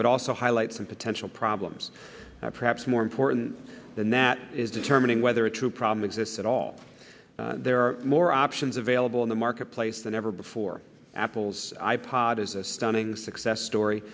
but also highlight some potential problems perhaps more important than that is determining whether a true problem exists at all there are more options available in the marketplace than ever before apple's i pod is a stunning success story